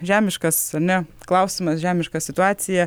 žemiškas ane klausimas žemiška situacija